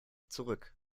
zurück